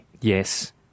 Yes